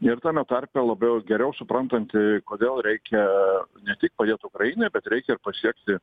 ir tame tarpe labiau geriau suprantanti kodėl reikia ne tik padėt ukrainai bet reikia ir pasiekti